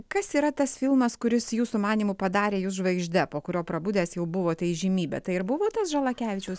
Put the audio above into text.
kas yra tas filmas kuris jūsų manymu padarė jus žvaigžde po kurio prabudęs jau buvote įžymybė tai ir buvo tas žalakevičiaus